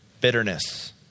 bitterness